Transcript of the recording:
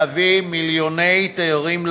להביא אליה מיליוני תיירים.